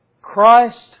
Christ